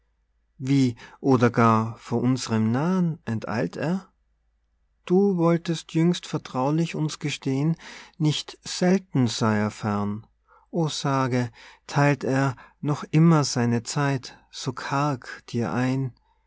wie oder gar vor uns'rem nah'n enteilt er du wolltest jüngst vertraulich uns gestehen nicht selten sei er fern o sage theilt er noch immer seine zeit so karg dir ein